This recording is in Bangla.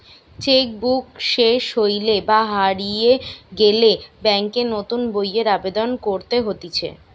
চেক বুক সেস হইলে বা হারিয়ে গেলে ব্যাংকে নতুন বইয়ের আবেদন করতে হতিছে